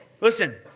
listen